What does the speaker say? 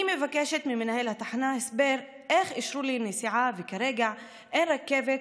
אני מבקשת ממנהל התחנה הסבר איך אישרו לי נסיעה וכרגע אין רכבת,